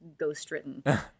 ghostwritten